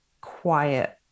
quiet